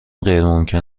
غیرممکن